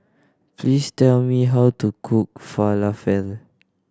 please tell me how to cook Falafel